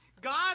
God